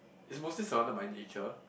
is mostly surrounded by nature